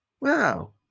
wow